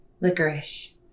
licorice